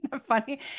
funny